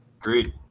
Agreed